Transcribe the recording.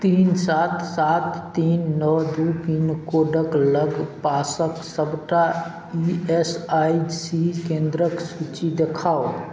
तीन सात सात तीन नओ दू पिन कोडक लग पासक सबटा ई एस आइ सी केन्द्रक सूची देखाउ